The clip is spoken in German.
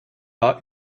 war